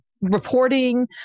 reporting